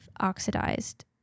oxidized